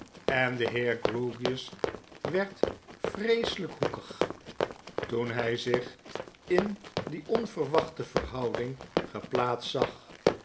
en de heer grewgious werd vreeselyk hoekig toen hy zich in die onverwachte verhouding geplaatst zag